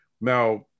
Now